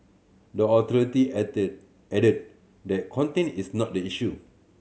the authority added added that content is not the issue